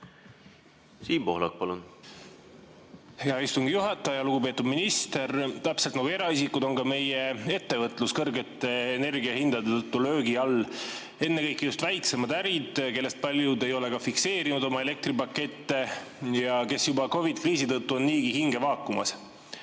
Siim Pohlak, palun! Hea istungi juhataja! Lugupeetud minister! Täpselt nagu eraisikud, on ka meie ettevõtlus kõrgete energiahindade tõttu löögi all, ennekõike just väiksemad ärid, kellest paljud ei ole ka fikseerinud oma elektripakette ja kes juba COVID-i kriisi tõttu on niigi hinge vaakumas.